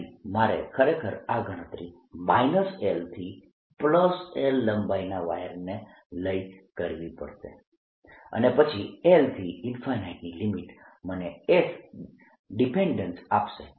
તેથી મારે ખરેખર આ ગણતરી -L થી L લંબાઈના વાયરને લઈ કરવી પડશે અને પછી L થી ની લિમીટ મને s ડિપેન્ડેન્સ આપશે